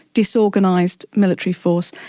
disorganised military force,